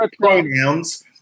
pronouns